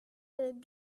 reste